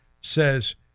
says